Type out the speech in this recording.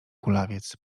kulawiec